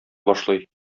башлый